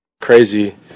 Crazy